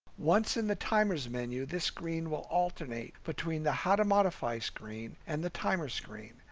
once in the timers menu, this screen will alternate between the how to modify screen and the timers screen.